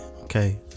okay